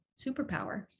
superpower